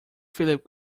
philip